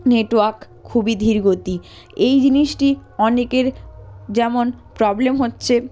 network খুবই ধীর গতি এই জিনিসটি অনেকের যেমন প্রবলেম হচ্চে